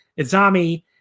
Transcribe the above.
Izami